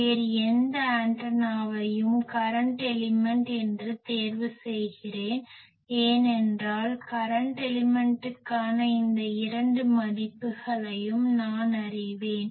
வேறு எந்த ஆண்டனாவையும் கரன்ட் எலிமென்ட் என்று தேர்வுசெய்கிறேன் ஏனென்றால் கரன்ட் எலிமென்ட்டுக்கான இந்த இரண்டு மதிப்புகளையும் நான் அறிவேன்